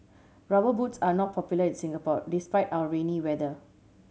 Rubber Boots are not popular in Singapore despite our rainy weather